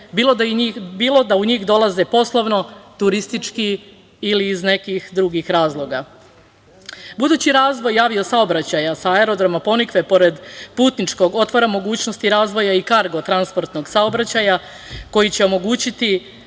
bilo da u njih dolaze poslovno, turistički ili iz nekih drugih razloga. Budući razvoj avio saobraćaja sa aerodroma "Ponikve" pored putničkog otvara mogućnost i razvoja i kargo transportnog saobraćaja koji će omogućiti